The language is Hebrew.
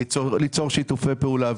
ליצור שיתופי פעולה,